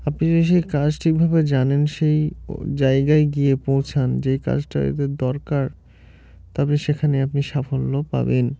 আপনি যদি সেই কাজ ঠিকভাবে জানেন সেই জায়গায় গিয়ে পৌঁছান যেই কাজটা যাতে দরকার তবে সেখানে আপনি সাফল্য পাবেন